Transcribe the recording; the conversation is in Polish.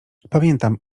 pamiętam